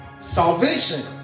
salvation